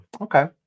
okay